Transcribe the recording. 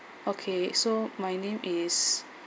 okay so my name is